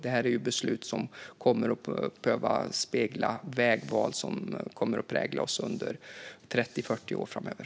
Det handlar om beslut som ska spegla vägval som kommer att prägla oss under 30-40 år framöver.